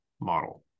model